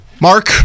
Mark